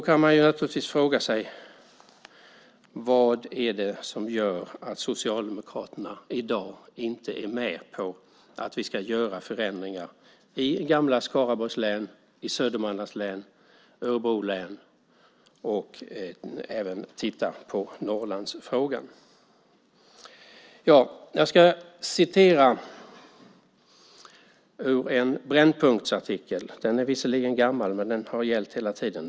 Man kan naturligtvis fråga sig vad det är som gör att Socialdemokraterna i dag inte är med på att vi ska göra förändringar i gamla Skaraborgs län, i Södermanlands län, i Örebro län och även titta på Norrlandsfrågan. Jag ska citera ur en Brännpunktsartikel. Den är visserligen gammal, men den har gällt hela tiden.